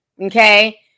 Okay